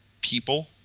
people